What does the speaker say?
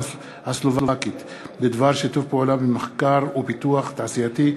הסלובקית בדבר שיתוף פעולה במחקר ופיתוח תעשייתי,